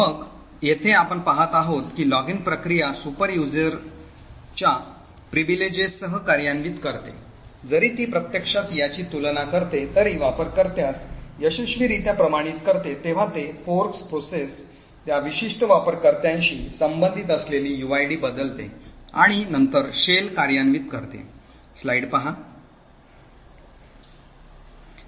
मग येथे आपण पाहत आहोत की लॉगिन प्रक्रिया सुपर युजरच्या विशेषाधिकारांसह कार्यान्वित करते जरी ती प्रत्यक्षात याची तुलना करते आणि वापरकर्त्यास यशस्वीरित्या प्रमाणित करते तेव्हा ते forks process त्या विशिष्ट वापरकर्त्याशी संबंधित असलेली युआयडी बदलते आणि नंतर शेल कार्यान्वित करते